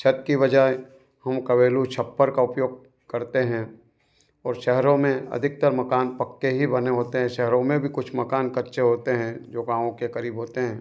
छत के बजाय हम केवल छप्पर का उपयोग करते हैं और शहरों में अधिकतर मकान पक्के ही बने होते हैं शहरों में भी कुछ मकान कच्चे होते हैं जो गाँव के करीब होते हैं